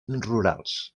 rurals